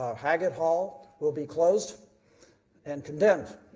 haggett hall will be closed and condemned.